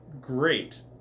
great